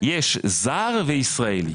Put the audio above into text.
יש זר ויש ישראלי.